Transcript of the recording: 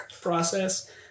process